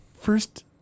first